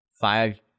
five